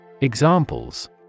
Examples